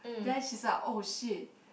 then she's like oh shit